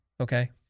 Okay